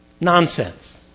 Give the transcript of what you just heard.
Nonsense